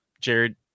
Jared